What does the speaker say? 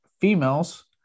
females